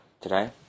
today